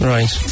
Right